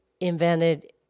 invented